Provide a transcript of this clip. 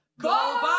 go